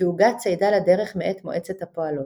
ועוגה-צידה לדרך מאת מועצת הפועלות."